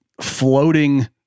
floating